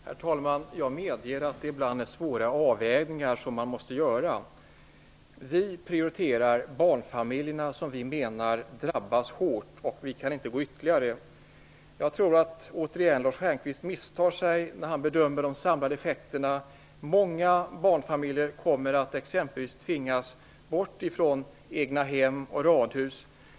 Herr talman! Jag medger att man ibland måste göra svåra avvägningar. Vi prioriterar barnfamiljerna, som vi menar drabbas hårt. Vi kan därför inte göra ytterligare besparingar. Jag tror återigen att Lars Stjernkvist misstar sig när han bedömer de samlade effekterna. Många barnfamiljer kommer exempelvis att tvingas bort från egna hem och radhus.